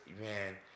man